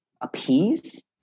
appease